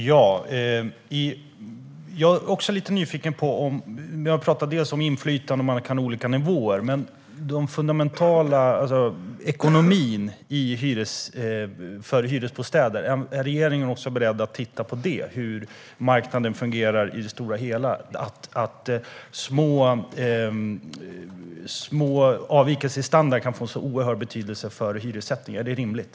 Herr talman! Jag är lite nyfiken. Man talar om inflytande och att man kan ha olika nivåer. Men det fundamentala gäller ekonomin för hyresbostäder. Är regeringen beredd att också titta på hur marknaden fungerar i det stora hela? Små avvikelser i standard kan få oerhörd betydelse för hyressättningen. Är det rimligt?